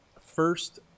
first